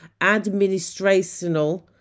administrational